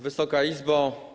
Wysoka Izbo!